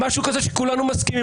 משהו שכולנו מסכימים?